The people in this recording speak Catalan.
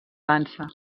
dansa